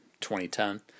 2010